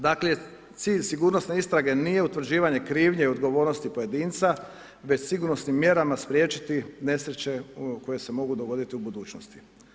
Dakle cilj sigurnosne istrage nije utvrđivanje krivnje i odgovornosti pojedinca, već sigurnosnim mjerama spriječiti nesreće koje se mogu dogoditi u budućnosti.